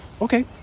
Okay